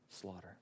slaughter